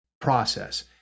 process